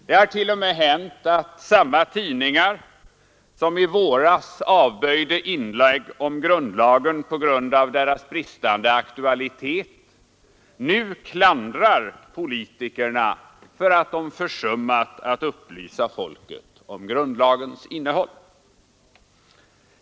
Det har t.o.m. hänt att samma tidningar som i våras avböjde inlägg om grundlagen på grund av deras bristande aktualitet nu klandrar politikerna för att de försummat att upplysa folket om grundlagens innehåll.